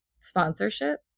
sponsorship